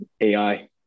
AI